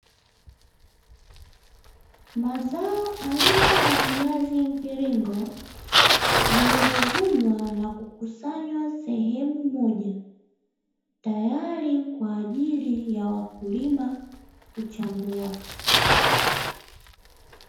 Mazao aina ya viazi mviringo, vilivyo vunwa na kukusanywa sehemu moja, tayari kwa ajili ya wakulima kuchambua.